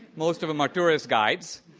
most of them are tourist guides